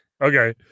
Okay